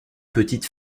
petite